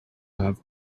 have